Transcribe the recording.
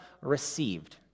received